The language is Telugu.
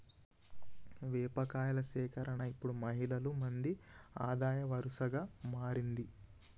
వేప కాయల సేకరణ ఇప్పుడు మహిళలు మంది ఆదాయ వనరుగా మారింది